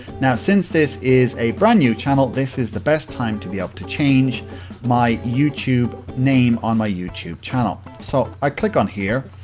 now, since this is a brand new channel, this is the best time to be able to change my youtube name on my youtube channel. so, i click on, here.